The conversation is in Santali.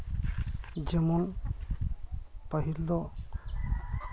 ᱡᱮᱢᱚᱱ ᱯᱟᱹᱦᱤᱞ ᱫᱚ